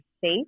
safe